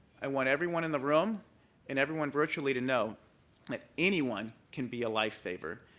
i want everyone in the room and everyone virtually to know that anyone can be a life saver,